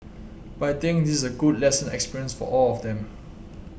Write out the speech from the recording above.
but I think this is a good lesson experience for all of them